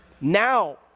Now